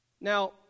Now